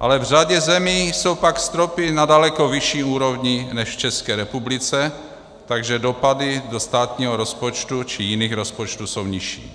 ale v řadě zemí jsou pak stropy na daleko vyšší úrovni než v České republice, takže dopady do státního rozpočtu či jiných rozpočtů jsou nižší.